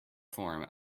form